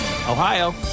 Ohio